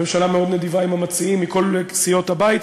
הממשלה מאוד נדיבה עם המציעים מכל סיעות הבית.